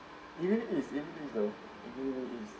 even if it's in it's a new lease